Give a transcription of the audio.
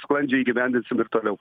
sklandžiai įgyvendinsim ir toliau